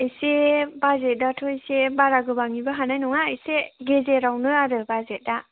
एसे बाजेदआथ' एसे बारा गोबांनिबो हानाय नङा एसे गेजेरावनो आरो बाजेदआ